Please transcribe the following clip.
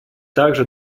также